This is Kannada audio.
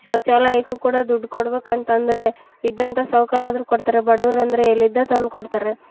ಶೌಚಾಲಯಕ್ಕೂ ಕೂಡ ದುಡ್ಡು ಕೊಡ್ಬೇಕ್ ಅಂತಂದರೆ ಇದ್ದಂಥ ಸಾಹುಕಾರ್ ಆದರು ಕೊಡ್ತಾರೆ ಬಡುವ್ರು ಅಂದರೆ ಎಲ್ಲಿದ್ದ ತಂದು ಕೊಡ್ತಾರೆ